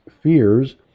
fears